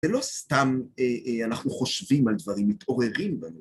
זה לא סתם אנחנו חושבים על דברים, מתעוררים בנו.